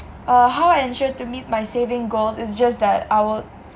uh how I ensure to meet my saving goals is just that I will